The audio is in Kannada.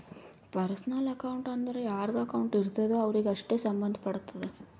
ಪರ್ಸನಲ್ ಅಕೌಂಟ್ ಅಂದುರ್ ಯಾರ್ದು ಅಕೌಂಟ್ ಇರ್ತುದ್ ಅವ್ರಿಗೆ ಅಷ್ಟೇ ಸಂಭಂದ್ ಪಡ್ತುದ